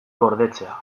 gordetzea